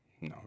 No